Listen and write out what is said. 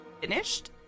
Finished